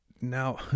now